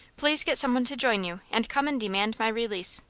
please get some one to join you, and come and demand my release.